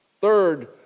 Third